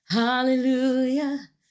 hallelujah